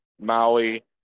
Maui